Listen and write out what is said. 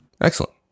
Excellent